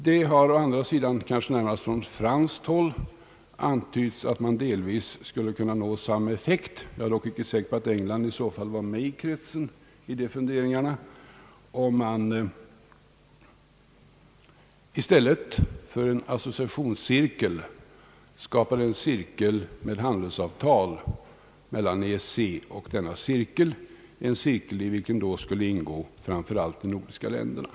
Det har å andra sidan, kanske närmast från franskt håll, antytts att man delvis skulle kunna nå samma effekt — jag är dock inte säker på att England får vara med i kretsen när det gäller dessa funderingar — om man 1 stället för en associationscirkel skapade en cirkel med handelsavtal mellan EEC och denna cirkel, en cirkel i vilken då skulle ingå framför allt de nordiska länderna.